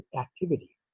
activity